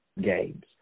games